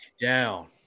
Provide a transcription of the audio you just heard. down